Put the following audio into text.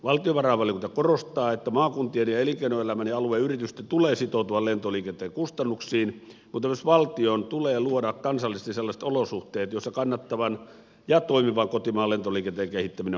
valtiovarainvaliokunta korostaa että maakuntien ja elinkeinoelämän ja alueen yritysten tulee sitoutua lentoliikenteen kustannuksiin mutta myös valtion tulee luoda kansallisesti sellaiset olosuhteet joissa kannattavan ja toimivan kotimaan lentoliikenteen kehittäminen on mahdollista